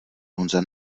honza